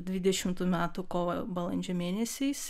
dvidešimtų metų kovą balandžio mėnesiais